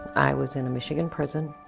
i was in a michigan prison